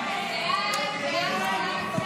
הסתייגות 152 לא